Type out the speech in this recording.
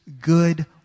good